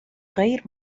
غير